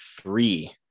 three